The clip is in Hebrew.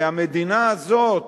והמדינה הזאת,